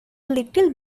little